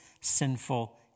sinful